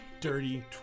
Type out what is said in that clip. Dirty